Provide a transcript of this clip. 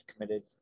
committed